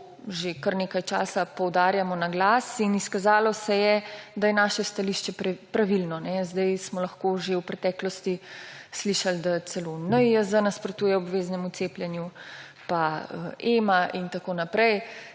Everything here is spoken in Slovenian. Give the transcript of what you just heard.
že kar nekaj časa poudarjamo na glas in izkazalo se je, da je naše stališče pravilno. Zdaj smo lahko že v preteklosti slišali, da celo NIJZ nasprotuje obveznemu cepljenju, tudi EMA in tako naprej.